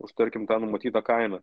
už tarkim tą numatytą kainą